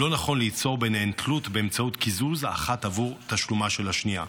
לא נכון ליצור ביניהן תלות באמצעות קיזוז אחת עבור תשלומה של השנייה,